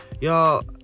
y'all